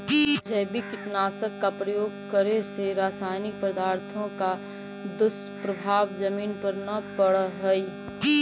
जैविक कीटनाशक का प्रयोग करे से रासायनिक पदार्थों का दुष्प्रभाव जमीन पर न पड़अ हई